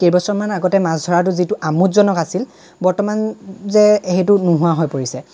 কেইবছৰমান আগতে মাছ ধৰাটো যিটো আমোদজনক আছিল বৰ্তমান যে সেইটো নোহোৱা হৈ পৰিছে